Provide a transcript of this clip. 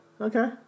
Okay